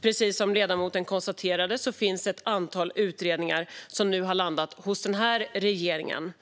Precis som ledamoten konstaterade finns det ett antal utredningar som nu har landat hos den nuvarande regeringen.